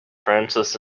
francois